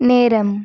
நேரம்